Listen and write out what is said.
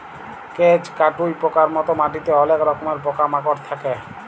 কেঁচ, কাটুই পকার মত মাটিতে অলেক রকমের পকা মাকড় থাক্যে